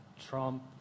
Trump